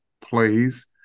plays